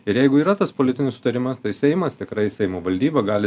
ir jeigu yra tas politinis sutarimas tai seimas tikrai seimo valdyba gali